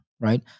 Right